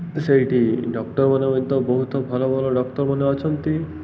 ସେଇଠି ଡକ୍ଟର୍ମାନେ ମଧ୍ୟ ବହୁତ ଭଲ ଭଲ ଡକ୍ଟର୍ମାନେ ଅଛନ୍ତି